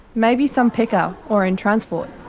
maybe some picker. or in transport.